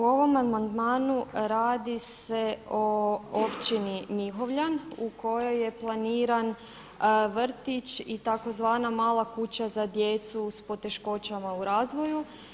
U ovom amandmanu radi se o općini Mihovljan u kojoj je planiran vrtić i tzv. mala kuća za djecu s poteškoćama u razvoju.